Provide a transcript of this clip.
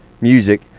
music